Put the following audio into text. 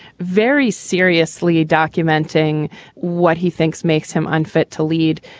very seriously documenting what he thinks makes him unfit to lead.